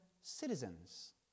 citizens